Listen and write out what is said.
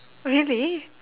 really